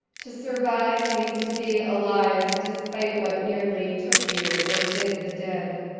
to survive means to be alive, despite what nearly took you or did the dead.